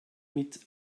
mit